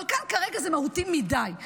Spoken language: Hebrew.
אבל כאן כרגע זה מהותי מדי.